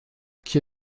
qui